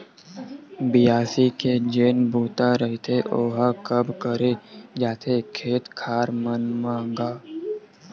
बियासी के जेन बूता रहिथे ओहा कब करे जाथे खेत खार मन म गा?